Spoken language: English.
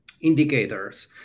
Indicators